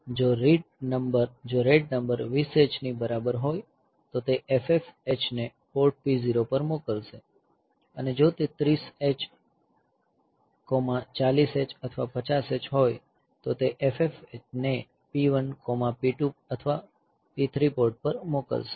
જો read number 20 Hની બરાબર હોય તો તે FF Hને પોર્ટ P0 પર મોકલશે અને જો તે 30 H 40 H અથવા 50 H હોય તો તે FF Hને P1 P2 અથવા P3 પોર્ટ પર મોકલશે